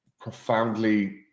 profoundly